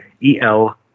E-L